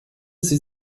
sie